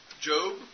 Job